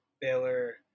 Baylor